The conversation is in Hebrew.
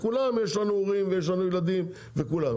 לכולנו יש הורים ויש ילדים, כולם.